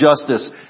justice